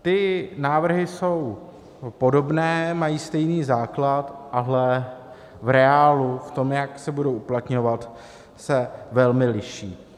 Ty návrhy jsou podobné, mají stejný základ, ale v reálu v tom, jak se budou uplatňovat, se velmi liší.